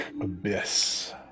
abyss